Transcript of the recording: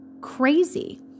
crazy